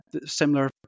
similar